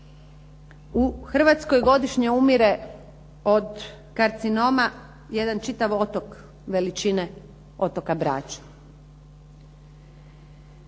U Hrvatskoj godišnje umire od karcinoma jedan čitav otok veličine otoka Brača.